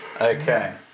Okay